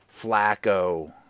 Flacco